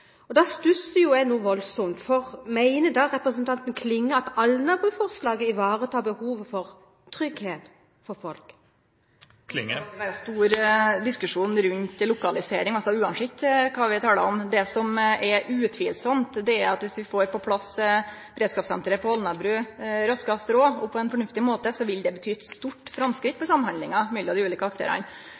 nødetatene. Da stusser jeg voldsomt, for mener da representanten Klinge at Alnabru-forslaget ivaretar behovet for trygghet for folk? Det vil alltid vere stor diskusjon rundt lokalisering, uansett kva vi taler om. Det som er utvilsamt, det er at viss vi får på plass beredskapssenteret på Alnabru raskast råd og på ein fornuftig måte, vil det bety eit stort framskritt for samhandlinga mellom de ulike